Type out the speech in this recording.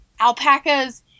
alpacas